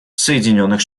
соединенных